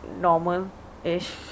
normal-ish